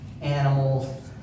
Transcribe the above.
animals